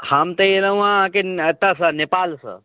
हम तऽ अयलहुँ हँ अहाँके एत्तऽसँ नेपालसँ